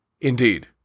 Indeed